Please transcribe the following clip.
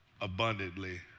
abundantly